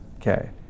okay